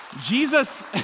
Jesus